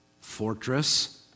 fortress